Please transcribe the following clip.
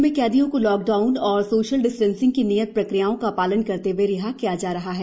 राज्य में कैदियों को लाक डाउन और सोशल डिस्टेंसिंग की नियत प्रक्रियाओं का पालन करते हुए रिहा किया जा रहा है